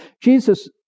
Jesus